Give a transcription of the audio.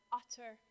utter